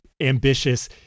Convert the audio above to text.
ambitious